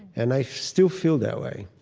and i still feel that way